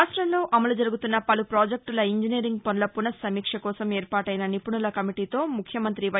రాష్టంలో అమలు జరుగుతున్న పలు ప్రాజెక్లుల ఇంజనీరింగ్ పనుల పున సమీక్షకోసం ఏర్పాటైన నిపుణుల కమిటీతో ముఖ్యమంత్రి వై